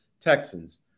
Texans